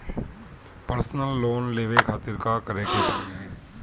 Personal loan लेवे खातिर का करे के पड़ी?